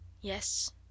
Yes